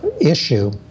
issue